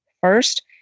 first